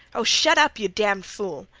oh, shut up, you damned fool!